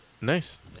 Nice